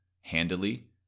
handily